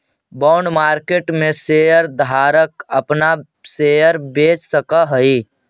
bond market में share धारक अपना शेयर बेच सकऽ हई